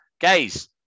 guys